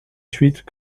suite